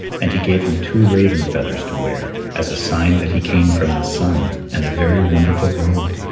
and he gave him two raven feathers to wear, as a sign that he came from the sun, and a very wonderful robe.